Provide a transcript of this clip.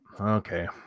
Okay